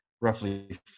roughly